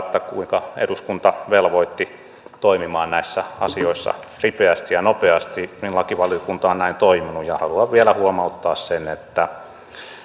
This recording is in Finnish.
kuinka eduskunta velvoitti toimimaan näissä asioissa ripeästi ja nopeasti ja lakivaliokunta on näin toiminut ja haluan vielä huomauttaa että